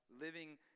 living